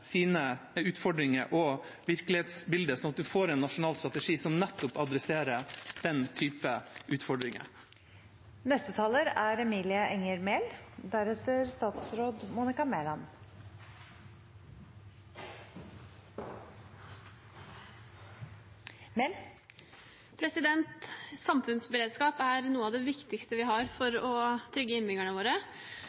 utfordringer og virkelighetsbilder, slik at man får en nasjonal strategi som nettopp adresserer den typen utfordringer. Samfunnsberedskap er noe av det viktigste vi har for å trygge innbyggerne våre. Behovet for beredskap er